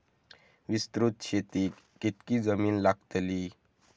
विस्तृत शेतीक कितकी जमीन लागतली?